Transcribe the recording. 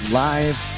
live